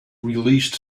released